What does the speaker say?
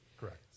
Correct